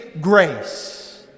grace